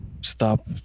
stop